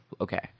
okay